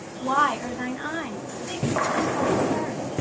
why are thine eyes fixt to the sullen earth,